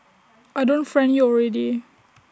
I don't friend you already